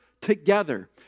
together